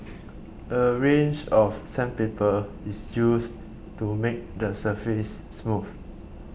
a range of sandpaper is used to make the surface smooth